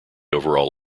overall